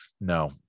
no